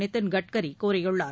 நிதின் கட்கரி கூறியுள்ளார்